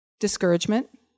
Discouragement